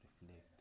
reflect